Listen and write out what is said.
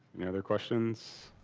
any other questions?